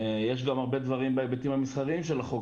יש גם הרבה דברים בהיבטים המסחריים של החוק,